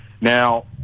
now